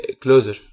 closer